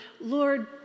Lord